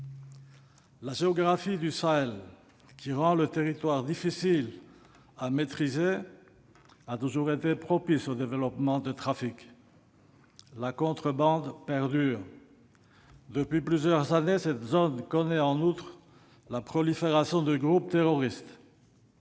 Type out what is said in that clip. La géographie du Sahel, qui rend le territoire difficile à maîtriser, a toujours été propice au développement de trafics. La contrebande perdure. Depuis plusieurs années, cette zone connaît en outre la prolifération de groupes terroristes.